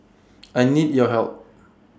I need your help